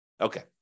Okay